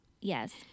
Yes